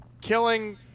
killing